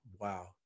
wow